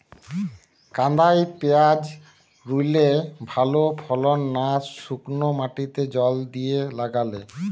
কাদায় পেঁয়াজ রুইলে ভালো ফলন না শুক্নো মাটিতে জল দিয়ে লাগালে?